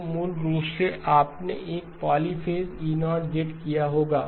तो मूल रूप से आपने एक पॉलीपेज़ Eo किया होगा